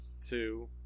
two